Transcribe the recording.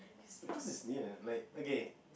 because it's near like okay